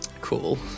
Cool